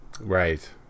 Right